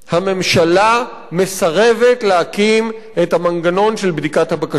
הממשלה מסרבת להקים את המנגנון של בדיקת הבקשות.